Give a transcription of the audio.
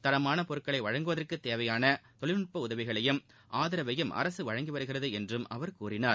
தரமான பொருட்களை வழங்குவதற்கு தேவையான தொழில்நுட்ப உதவியையும் ஆதரவையும் அரசு வழங்கி வருகிறது என்றும் அவர் கூறினார்